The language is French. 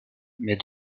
mes